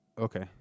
okay